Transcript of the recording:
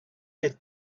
let